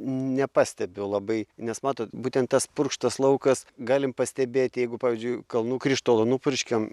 nepastebiu labai nes matot būtent tas purkštas laukas galim pastebėti jeigu pavyzdžiui kalnų krištolu nupurškiam